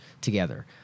together